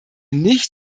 nicht